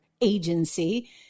agency